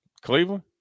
Cleveland